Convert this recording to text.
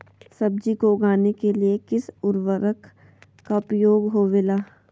सब्जी को उगाने के लिए किस उर्वरक का उपयोग होबेला?